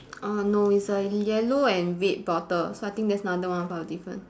uh no it's a yellow and red bottle so I think there's another one of our different